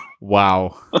Wow